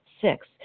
Six